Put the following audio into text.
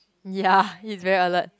ya he's very alert